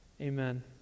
Amen